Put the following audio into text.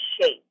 shape